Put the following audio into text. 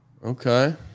okay